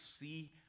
see